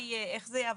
איך השיטה תעבוד.